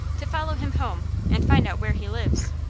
to follow him home, and find out where he lives.